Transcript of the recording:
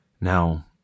Now